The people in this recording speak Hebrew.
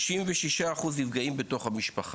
66% נפגעים בתוך המשפחה,